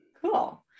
Cool